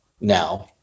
now